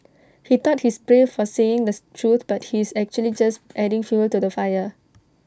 he thought he's brave for saying this truth but he's actually just adding fuel to the fire